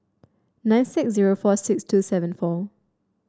nine six zero four six two seven four